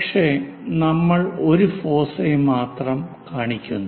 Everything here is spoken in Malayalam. പക്ഷെ നമ്മൾ ഒരു ഫോസൈ മാത്രം കാണിക്കുന്നു